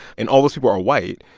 and all those people are white,